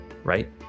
Right